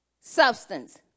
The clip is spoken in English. Substance